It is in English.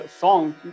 song